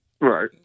Right